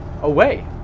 away